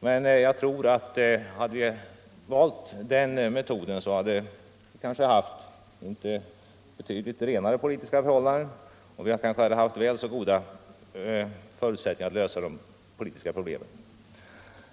Men om vi hade valt den metoden tror jag att vi hade haft betydligt renare politiska förhållanden, och vi kanske hade haft väl så goda förutsättningar som nu att lösa de politiska problemen.